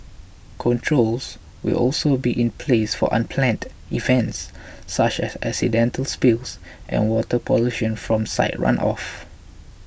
controls will also be in place for unplanned events such as accidental spills and water pollution from site runoff